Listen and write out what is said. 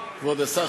כבוד השר,